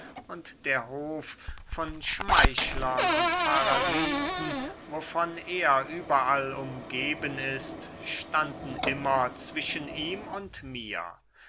und der hof von schmeichlern und parasiten wovon er überall umgeben ist standen immer zwischen ihm und mir